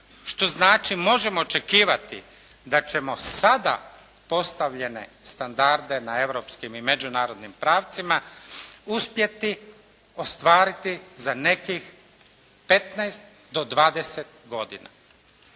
Što znači možemo očekivati da ćemo sada postavljene standarde na europskim i međunarodnim pravcima uspjeti ostvariti za nekih 15 do 20 godina.